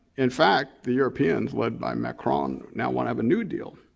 in fact, the europeans lead by macron now wanna have a new deal.